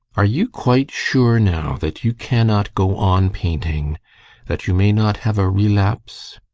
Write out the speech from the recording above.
are you quite sure now that you cannot go on painting that you may not have a relapse?